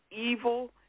evil